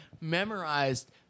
memorized